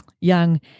young